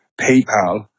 PayPal